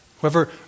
Whoever